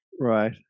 Right